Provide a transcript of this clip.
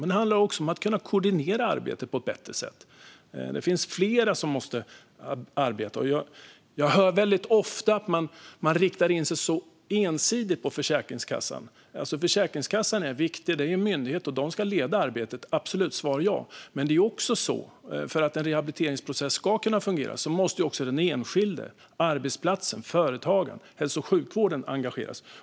Men det handlar också om att kunna koordinera arbetet på ett bättre sätt. Det är flera som måste arbeta. Jag hör väldigt ofta att man riktar in sig ensidigt på Försäkringskassan. Försäkringskassan är en viktig myndighet, som ska leda arbetet - svar ja. Men för att en rehabiliteringsprocess ska kunna fungera måste också den enskilde, arbetsplatsen, företagaren och hälso och sjukvården engageras.